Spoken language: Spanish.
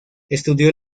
estudió